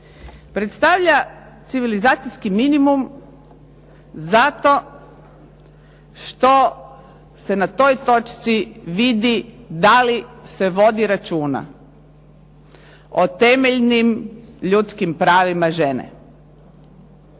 Predstavlja civilizacijski minimum zato što se na toj točci vidi da li se vodi računa o temeljnim ljudskim pravima žene,